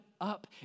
up